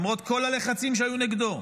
למרות כל הלחצים שהיו נגדו,